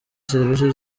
serivisi